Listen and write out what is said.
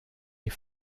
est